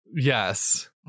Yes